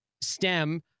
stem